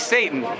Satan